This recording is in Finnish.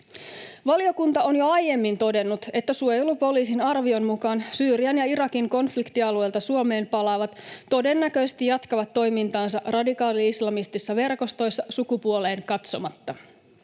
Valiokunta on jo aiemmin todennut, että suojelupoliisin arvion mukaan Syyrian ja Irakin konfliktialueilta Suomeen palaavat todennäköisesti jatkavat toimintaansa radikaali-islamistisissa verkostoissa sukupuoleen katsomatta.